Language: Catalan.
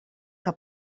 que